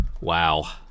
wow